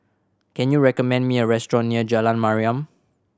can you recommend me a restaurant near Jalan Mariam